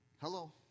Hello